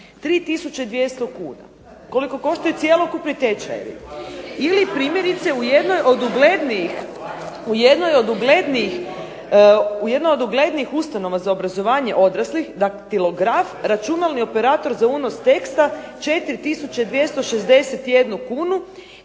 200 kuna. Koliko koštaju cjelokupni tečajevi. Ili primjerice u jednoj od uglednijih ustanova za obrazovanje odraslih daktilograf, računalni operator za unos teksta 4 tisuće 261 kunu,